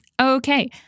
Okay